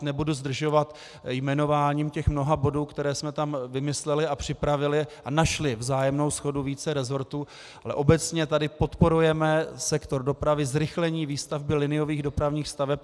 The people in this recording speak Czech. Nebudu vás teď zdržovat jmenováním těch mnoha bodů, které jsme tam vymysleli a připravili a našli vzájemnou shodu více rezortů, ale obecně tady podporujeme sektor dopravy, zrychlení výstavby liniových dopravních staveb.